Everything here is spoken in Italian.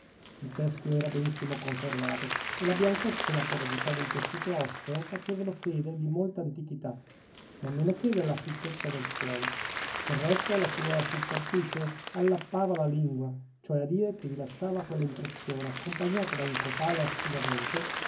il teschio era benissimo conservato e la bianchezza e la porosità del tessuto osseo facevano fede di molta antichità non meno che della asciuttezza del suolo del resto la sua superficie allappava la lingua cioè a dire vi lasciava quella impressione accompagnata da un cotale